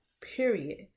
period